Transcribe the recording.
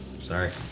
Sorry